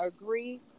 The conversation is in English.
agree